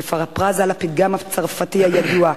בפרפראזה לפתגם הצרפתי הידוע.